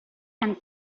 and